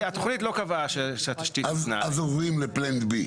התוכנית לא קבעה שהתשתית --- אז עוברים לתוכנית ב'.